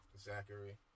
Zachary